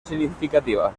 significativa